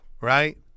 Right